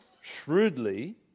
shrewdly